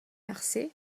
mercey